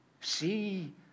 see